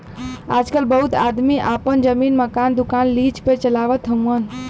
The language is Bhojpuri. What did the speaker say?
आजकल बहुत आदमी आपन जमीन, मकान, दुकान लीज पे चलावत हउअन